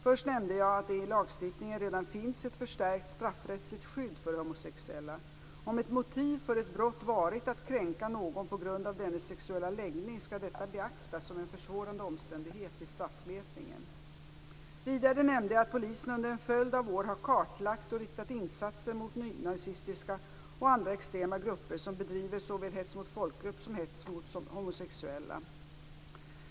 Först nämnde jag att det i lagstiftningen redan finns ett förstärkt straffrättsligt skydd för homosexuella. Om ett motiv för ett brott varit att kränka någon på grund av dennes sexuella läggning skall detta beaktas som en försvårande omständighet vid straffmätningen. Vidare nämnde jag att polisen under en följd av år har kartlagt och riktat insatser mot nynazistiska och andra extrema grupper som bedriver såväl hets mot folkgrupp som hets mot homosexuella.